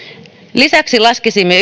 lisäksi laskisimme